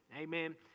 Amen